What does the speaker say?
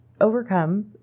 overcome